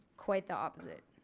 quite the opposite.